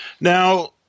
Now